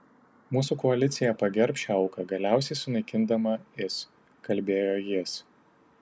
mūsų koalicija pagerbs šią auką galiausiai sunaikindama is kalbėjo jis